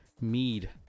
mead